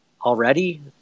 already